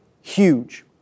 huge